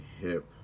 hip